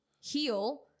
heal